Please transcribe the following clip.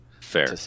Fair